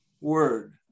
word